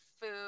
food